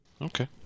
Okay